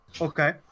Okay